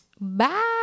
Bye